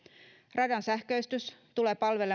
radan sähköistys tulee